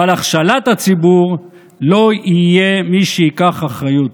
ועל הכשלת הציבור לא יהיה מי שייקח אחריות.